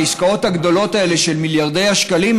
העסקאות הגדולות האלה של מיליארדי השקלים,